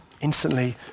instantly